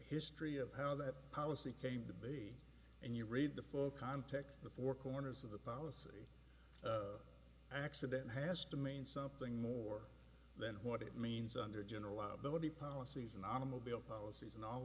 history of how that policy came to be and you read the full context the four corners of the policy accident has to mean something more than what it means under general liability policies and automobile policies and all